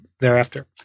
thereafter